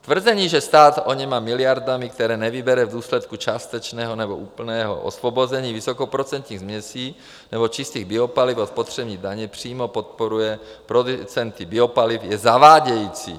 Tvrzení, že stát oněmi miliardami, které nevybere v důsledku částečného nebo úplného osvobození vysokoprocentních směsí nebo čistých biopaliv od spotřební daně, přímo podporuje producenty biopaliv, je zavádějící.